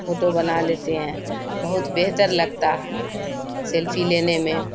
photo بنا لیتے ہیں بہت بہتر لگتا ہے سیلفی لینے میں